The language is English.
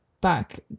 back